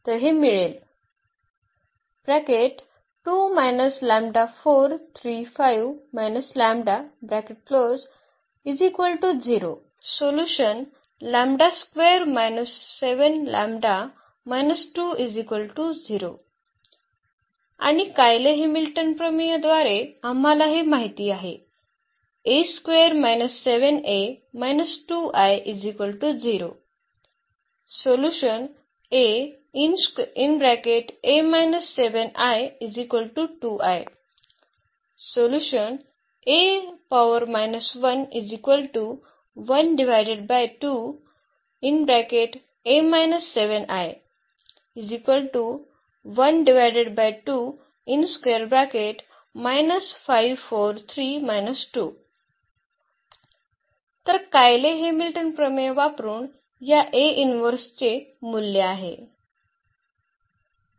तर हे मिळेल आणि कायले हॅमिल्टन प्रमेय द्वारे आम्हाला हे माहित आहे तर कायले हॅमिल्टन प्रमेय वापरून या A इन्व्हर्सचे मूल्य आहे